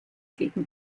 gegen